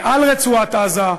מעל רצועת-עזה,